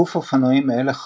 גוף אופנועים אלה חשוף,